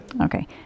Okay